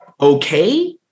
okay